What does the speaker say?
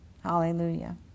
Hallelujah